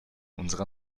unserer